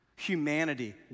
Humanity